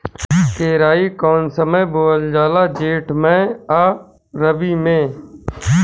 केराई कौने समय बोअल जाला जेठ मैं आ रबी में?